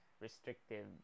restrictive